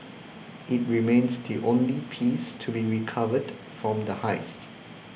it remains the only piece to be recovered from the heist